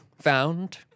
found